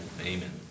Amen